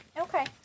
Okay